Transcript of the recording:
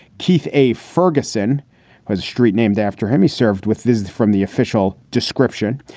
keith a. ferguson was street named after him. he served with this from the official description.